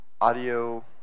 audio